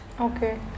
Okay